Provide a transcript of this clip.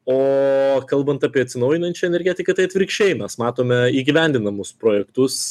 o kalbant apie atsinaujinančią energetiką tai atvirkščiai mes matome įgyvendinamus projektus